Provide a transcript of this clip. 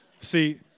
see